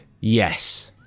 Yes